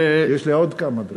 יש לי עוד כמה דקות.